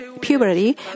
puberty